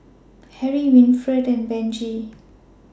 Harriet Winnifred and Benji